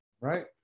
Right